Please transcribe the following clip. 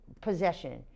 possession